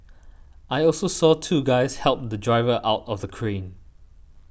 I also saw two guys help the driver out from the crane